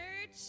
church